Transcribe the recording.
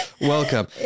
welcome